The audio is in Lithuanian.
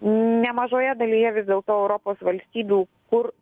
nemažoje dalyje vis dėlto europos valstybių kur